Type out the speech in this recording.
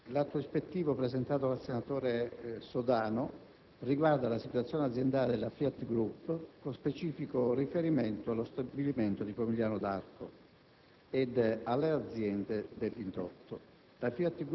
previdenza sociale*. Signor Presidente, l'atto ispettivo, presentato dal senatore Sodano, riguarda la situazione aziendale della Fiat Group, con specifico riferimento allo stabilimento di Pomigliano d'Arco